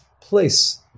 place